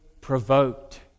provoked